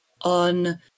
on